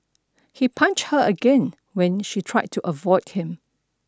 he punched her again when she tried to avoid him